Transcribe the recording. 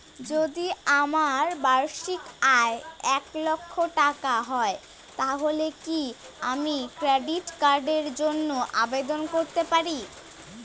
যদি আমার বার্ষিক আয় এক লক্ষ টাকা হয় তাহলে কি আমি ক্রেডিট কার্ডের জন্য আবেদন করতে পারি?